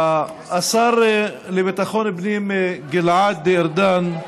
השר לביטחון הפנים גלעד ארדן,